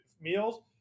Meals